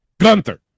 Gunther